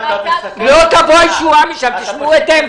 לא תבוא הישועה משם, תשאלו את טמקין.